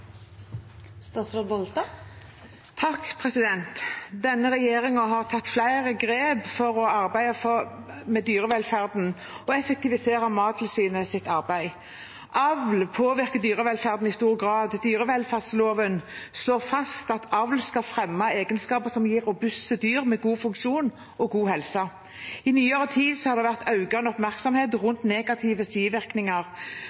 Denne regjeringen har tatt flere grep for å arbeide med dyrevelferden og effektivisere Mattilsynets arbeid. Avl påvirker dyrevelferden i stor grad. Dyrevelferdsloven slår fast at avl skal fremme egenskaper som gir robuste dyr med god funksjon og god helse. I nyere tid har det vært en økende oppmerksomhet